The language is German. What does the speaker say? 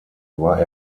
war